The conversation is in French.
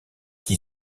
qui